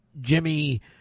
Jimmy